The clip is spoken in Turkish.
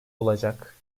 olacak